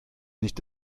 nicht